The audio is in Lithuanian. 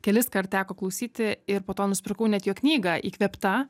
kelis kart teko klausyti ir po to nusipirkau net jo knygą įkvėpta